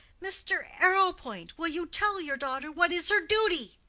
mr. arrowpoint, will you tell your daughter what is her duty?